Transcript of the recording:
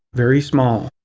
very small.